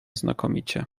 znakomicie